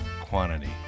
Quantity